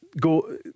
go